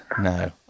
No